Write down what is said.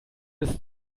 ist